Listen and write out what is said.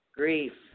grief